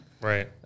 right